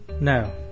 No